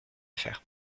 faire